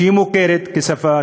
והיא מוכרת כשפה